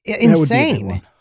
insane